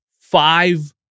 five